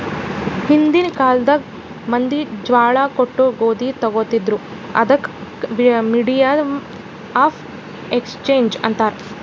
ಹಿಂದಿನ್ ಕಾಲ್ನಾಗ್ ಮಂದಿ ಜ್ವಾಳಾ ಕೊಟ್ಟು ಗೋದಿ ತೊಗೋತಿದ್ರು, ಅದಕ್ ಮೀಡಿಯಮ್ ಆಫ್ ಎಕ್ಸ್ಚೇಂಜ್ ಅಂತಾರ್